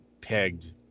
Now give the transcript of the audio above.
pegged